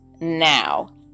now